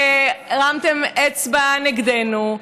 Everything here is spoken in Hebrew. והרמתם אצבע נגדנו.